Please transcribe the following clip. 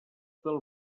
del